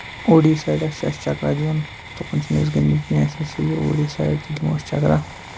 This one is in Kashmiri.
اوڈی سایڈَس چھُ اَسہِ چَکرا دیُن تُکُن چھُ نہٕ أسۍ گٔمٕتۍ کیٚنہہ اسہِ حظ چھُ یہِ اوٗڈی سایڈ تہِ دِمو چَکرا